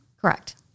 Correct